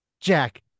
Jack